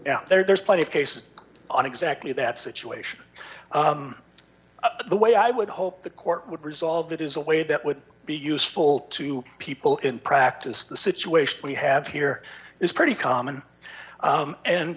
letter there's plenty of cases on exactly that situation the way i would hope the court would resolve that is a way that would be useful to people in practice the situation we have here is pretty common